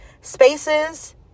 spaces